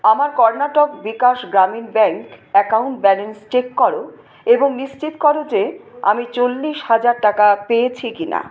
আমার Karnataka Vikas Grameen bank account balance check করো এবং নিশ্চিত করো যে আমি চল্লিশ হাজার টাকা পেয়েছি কি না